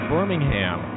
Birmingham